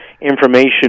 information